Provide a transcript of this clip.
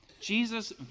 Jesus